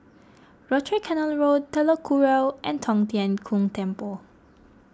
Rochor Canal Road Telok Kurau and Tong Tien Kung Temple